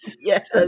Yes